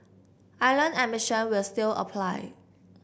island admission will still apply